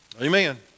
Amen